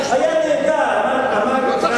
אפשר גם להתאבד בלקפוץ מגג.